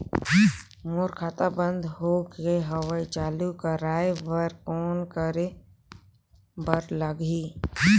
मोर खाता बंद हो गे हवय चालू कराय बर कौन करे बर लगही?